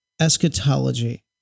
eschatology